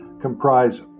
comprise